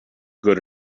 good